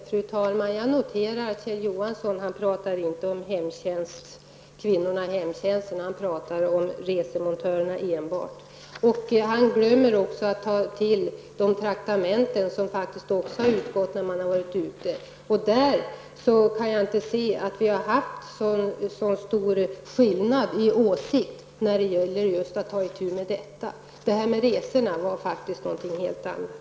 Fru talman! Jag noterar att Kjell Johansson inte talar om kvinnorna i hemtjänsten. Han talar enbart om resemontörerna. Han glömmer att ta med de traktamenten som utgår när man har varit ute. Jag kan inte se att vi har haft så stora åsiktsskillnader när det gäller att ta itu med detta. Det här med resorna var faktiskt något helt annat.